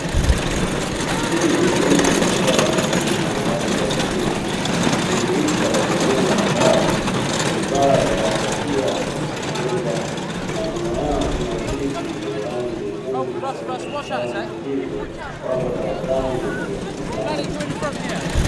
Hii ni elimu isyokuwa rasmi na ya watu wazima hujumuisha wazee ambao wamevaa baraghashia wakicheza na nyuma yao kuna viti vyenye rangi nyekundu pamoja na njano hivyo wapo darasani wakielekezana.